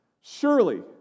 Surely